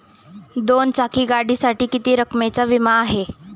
दोन चाकी गाडीसाठी किती रकमेचा विमा आहे?